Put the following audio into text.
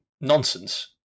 nonsense